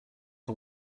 the